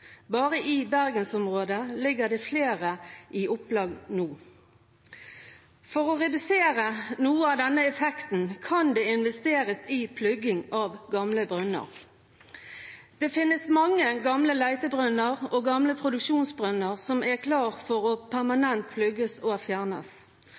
Bare i bergensområdet ligger det flere i opplag nå. For å redusere noe av denne effekten kan det investeres i plugging av gamle brønner. Det finnes mange gamle letebrønner og gamle produksjonsbrønner som er klare for å plugges permanent og fjernes.